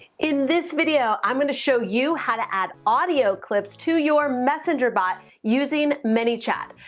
in this video, i'm gonna show you how to add audio clips to your messenger bot using manychat.